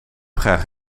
graag